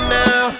now